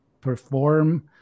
perform